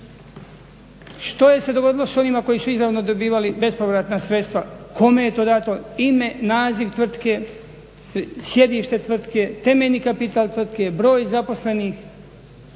što se dogodilo s onima koji su izravno dobivali bespovratna sredstva, kome je to dato, ime, naziv tvrtke, sjedište tvrtke, temeljni kapital tvrtke, broj zaposlenih